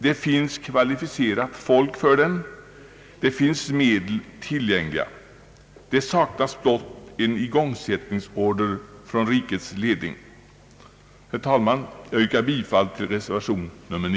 Det finns kvalificerat folk för denna forskning och det finns medel tillgängliga. Det saknas endast en order om igångsättning från rikets ledning. Herr talman! Jag yrkar bifall till reservationen.